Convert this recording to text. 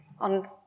on